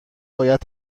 باید